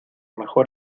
mejor